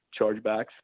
chargebacks